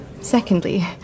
Secondly